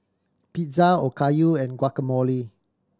Pizza Okayu and Guacamole